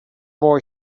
boy